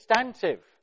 substantive